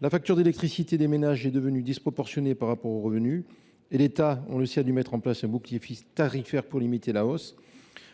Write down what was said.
la facture d’électricité des ménages est devenue disproportionnée par rapport à leurs revenus et l’État a dû mettre en place un bouclier tarifaire pour limiter la hausse.